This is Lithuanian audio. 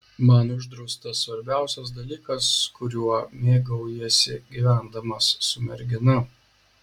man uždraustas svarbiausias dalykas kuriuo mėgaujiesi gyvendamas su mergina